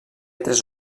tres